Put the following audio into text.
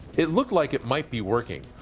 it looked like it might be working,